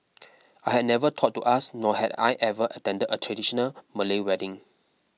I had never thought to ask nor had I ever attended a traditional Malay wedding